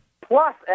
Plus